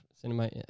cinema